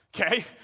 okay